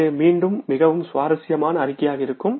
இது மீண்டும் மிகவும் சுவாரஸ்யமான அறிக்கையாக இருக்கும்